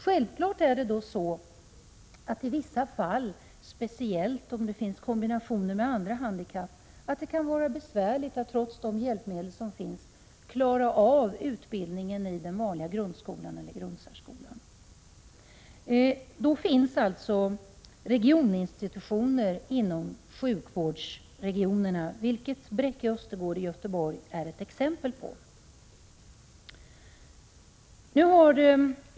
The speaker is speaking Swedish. Självfallet kan det vara besvärligt, speciellt om den rörelsehindrade även har andra handikapp, att trots de hjälpmedel som finns klara av utbildningen i den vanliga grundskolan eller grundsärskolan. Då finns det alltså regioninstitutioner inom sjukvårdsregionerna att lita till, vilket Bräcke Östergård i Göteborg är ett exempel på.